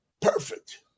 perfect